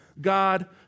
God